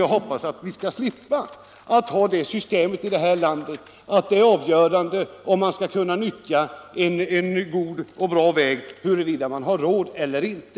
Jag hoppas att vi skall slippa det systemet här i landet, att det avgörande för om man skall kunna nyttja en bra väg är om man har råd eller inte.